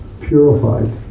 purified